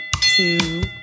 two